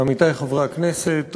עמיתי חברי הכנסת,